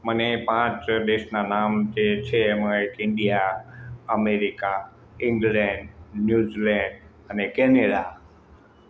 મને પાંચ દેશના નામ જે છે એમાં એક India America England New Zealand અને કેનેડા